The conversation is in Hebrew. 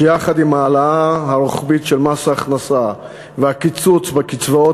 שיחד עם ההעלאה הרוחבית של מס הכנסה והקיצוץ בקצבאות